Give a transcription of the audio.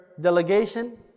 delegation